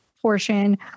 Portion